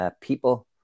people